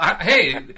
Hey